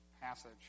passage